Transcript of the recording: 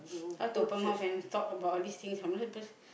how to open mouth and talk about all these things